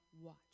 watch